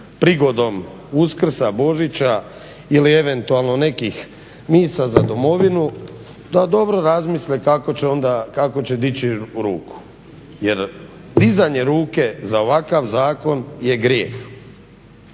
prigodom Uskrsa, Božića ili eventualno nekih misa za domovinu, da dobro razmisle kako će dići ruku jer dizanje ruke za ovakav zakon je grijeh,